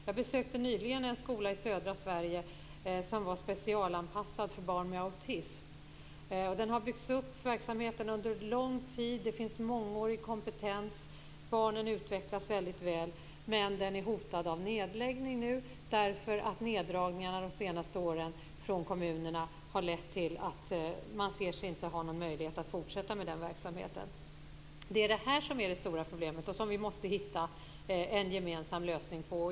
Jag besökte nyligen en skola i södra Sverige som var specialanpassad för barn med autism. Verksamheten har byggts upp under lång tid. Det finns en mångårig kompetens, och barnen utvecklas väldigt väl. Men nu är verksamheten hotad av nedläggning därför att kommunernas neddragningar under de senaste åren har lett till att man inte ser sig ha någon möjlighet att fortsätta med verksamheten. Det är detta som är det stora problemet och som vi måste försöka att hitta en gemensam lösning på.